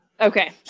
Okay